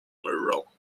mural